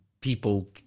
people